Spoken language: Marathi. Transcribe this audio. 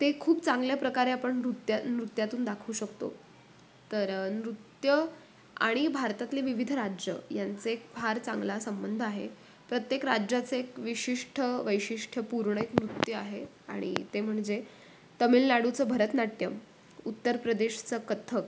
ते खूप चांगल्या प्रकारे आपण नृत्या नृत्यातून दाखवू शकतो तर नृत्य आणि भारतातले विविध राज्य यांचे एक फार चांगला संबंध आहे प्रत्येक राज्याचं एक विशिष्ट वैशिष्ट्यपूर्ण एक नृत्य आहे आणि ते म्हणजे तामिळनाडूचं भरतनाट्यम उत्तर प्रदेशचं कथ्थक